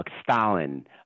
Stalin